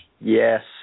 Yes